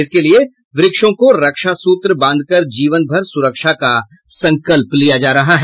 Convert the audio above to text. इसके लिये वृक्षों को रक्षा सूत्र बांधकर जीवन भर सुरक्षा का संकल्प लिया जा रहा है